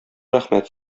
рәхмәт